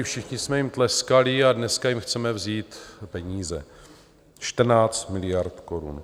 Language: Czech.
Všichni jsme jim tleskali a dneska jim chceme vzít peníze 14 miliard korun.